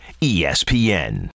ESPN